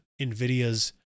nvidia's